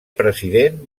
president